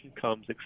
comes